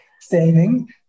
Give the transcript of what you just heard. staining